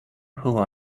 who